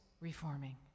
reforming